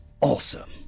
awesome